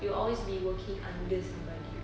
you will always be working under somebody